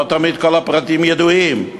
לא תמיד כל הפרטים ידועים.